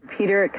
Peter